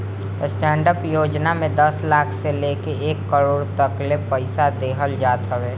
stand up योजना में दस लाख से लेके एक करोड़ तकले पईसा देहल जात हवे